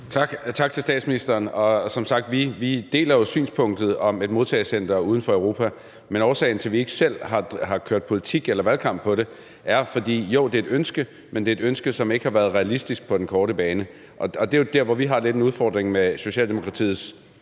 tak til statsministeren. Som sagt deler vi synspunktet om et modtagecenter uden for Europa, men årsagen til, at vi ikke selv har kørt valgkamp på det, er den, at jo, det er et ønske, men det er et ønske, som ikke har været realistisk på den korte bane. Og det er jo der, hvor vi har lidt af en udfordring med Socialdemokratiets